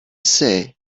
say